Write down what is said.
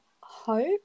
hope